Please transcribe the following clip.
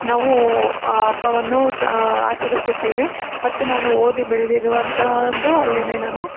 ನಾವು ಆ ಹಬ್ಬವನ್ನು ಆಚರಿಸುತ್ತೇವೆ ಮತ್ತು ನಾನು ಓದಿ ಬೆಳೆದಿರುವಂತಹದ್ದು ಅಲ್ಲೇ ನಾನು